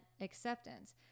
acceptance